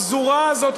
הפזורה הזאת,